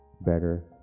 better